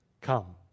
Come